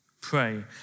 Pray